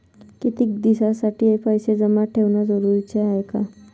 कितीक दिसासाठी पैसे जमा ठेवणं जरुरीच हाय?